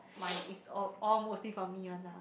my it's all all mostly from me only